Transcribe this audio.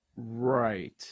Right